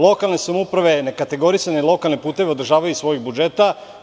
Lokalne samouprave nekategorisane lokalne puteve održavaju iz svojih budžeta.